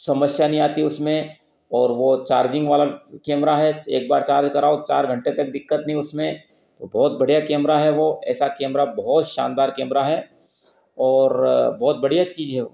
समस्या नहीं आती उसमें और वह चार्जिंग वाला कैमरा है एक बार चार्ज कराओ चार घंटे तक दिक्कत नहीं उसमें तो बहुत बढ़िया केमरा है वह ऐसा कैमरा बहुत शानदार कैमरा है ओर बहुत बढ़िया चीज है वो